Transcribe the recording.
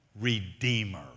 Redeemer